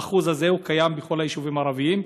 האחוז הזה קיים בכל היישובים הערביים,